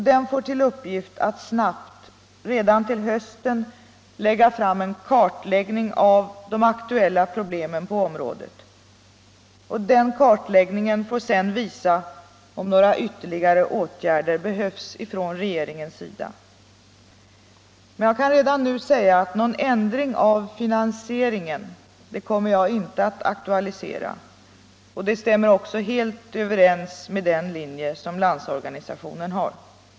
Den får till uppgift att snabbt — redan till hösten — lägga fram en kartläggning av de aktuella problemen på området. Den kartläggningen får sedan visa om några ytterligare åtgärder behövs från regeringens sida. Men jag kan redan nu säga att någon ändring av finansieringen kommer jag inte att aktualisera. Det stämmer också helt överens med LO:s linje.